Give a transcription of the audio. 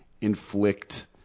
inflict